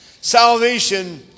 salvation